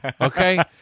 Okay